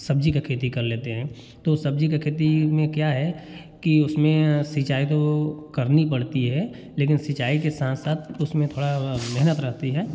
सब्ज़ी का खेती कर लेते हैं तो सब्ज़ी का खेती में क्या है कि उसमें सिंचाई तो करनी पड़ती है लेकिन सिंचाई के साथ साथ उसमें थोड़ा मेहनत रहती है